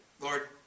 Lord